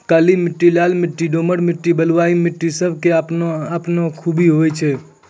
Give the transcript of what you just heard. काली मिट्टी, लाल मिट्टी, दोमट मिट्टी, बलुआही मिट्टी सब के आपनो आपनो खूबी होय छै